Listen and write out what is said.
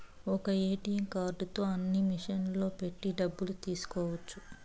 ఒక్క ఏటీఎం కార్డుతో అన్ని మిషన్లలో పెట్టి డబ్బులు తీసుకోవచ్చు